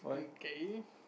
hm K